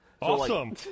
Awesome